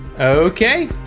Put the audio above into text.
Okay